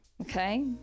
Okay